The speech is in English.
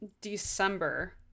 december